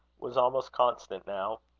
was almost constant now.